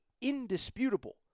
indisputable